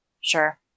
Sure